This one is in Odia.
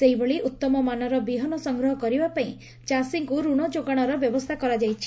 ସେହିଭଳି ଉଉମମାନର ବିହନ ସଂଗ୍ରହ କରିବାପାଇଁ ଚାଷୀଙ୍କୁ ଋଣ ଯୋଗାଣର ବ୍ୟବସ୍ତା କରାଯାଇଛି